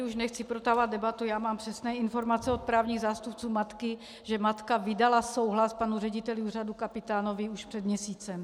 Už nechci protahovat debatu, mám přesné informace od právních zástupců matky, že matka vydala souhlas panu řediteli úřadu, panu Kapitánovi, už před měsícem.